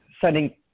sending